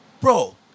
Bro